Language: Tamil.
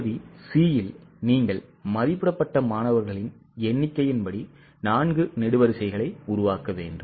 பகுதி c இல் நீங்கள் மதிப்பிடப்பட்ட மாணவர்களின் எண்ணிக்கையின்படி 4 நெடுவரிசைகளை உருவாக்க வேண்டும்